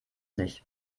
nicht